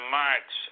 march